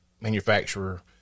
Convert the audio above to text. manufacturer